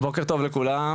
בוקר טוב לכולם,